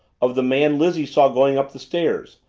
of the man lizzie saw going up the stairs,